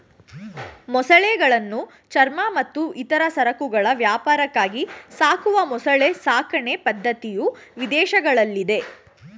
ಮೊಸಳೆಗಳನ್ನು ಚರ್ಮ ಮತ್ತು ಇತರ ಸರಕುಗಳ ವ್ಯಾಪಾರಕ್ಕಾಗಿ ಸಾಕುವ ಮೊಸಳೆ ಸಾಕಣೆ ಪದ್ಧತಿಯು ವಿದೇಶಗಳಲ್ಲಿದೆ